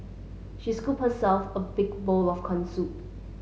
she scooped herself a big bowl of corn soup